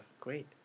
great